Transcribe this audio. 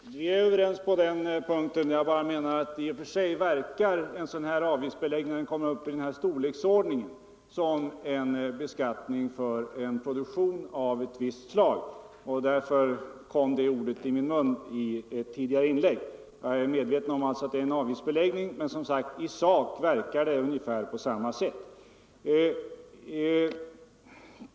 Herr talman! Vi är överens på den punkten; jag menar bara att i och för sig en avgiftsbeläggning, när den kommer upp i sådan storleksordning, verkar som en beskattning. Därför kom det ordet i min mun i ett tidigare inlägg. Jag är alltså medveten om att det är en avgiftsbeläggning, men i sak verkar den som sagt på samma sätt som en beskattning.